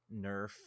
nerf